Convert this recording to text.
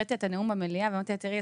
הראיתי לה את הנאום במליאה ואמרתי לה: תראי,